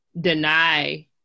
deny